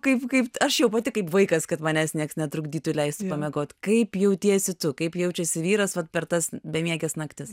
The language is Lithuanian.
kaip kaip aš jau pati kaip vaikas kad manęs niekas netrukdytų leistų pamiegot kaip jautiesi tu kaip jaučiasi vyras vat per tas bemieges naktis